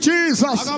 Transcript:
Jesus